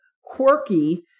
Quirky